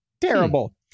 terrible